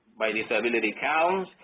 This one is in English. by disability counts.